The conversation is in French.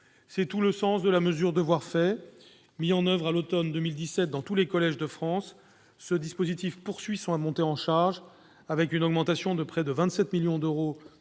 C'est tout le sens de la mesure « Devoirs faits ». Mis en oeuvre à l'automne 2017 dans tous les collèges de France, ce dispositif poursuit sa montée en charge, avec une augmentation de près de 27 millions d'euros